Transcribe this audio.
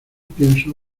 pienso